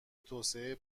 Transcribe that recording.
توسعه